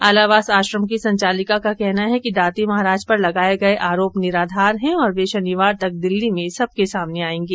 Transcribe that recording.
आलावास आश्रम की संचालिका का कहना है कि दाती महाराज पर लगाए गये आरोप निराधार है और वे शनिवार तक दिल्ली में सबके सामने आयेंगे